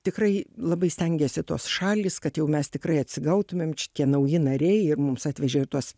tikrai labai stengėsi tos šalys kad jau mes tikrai atsigautumėm č tie nauji nariai ir mums atvežė ir tuos